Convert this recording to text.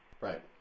Right